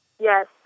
Yes